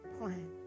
plan